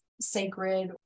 sacred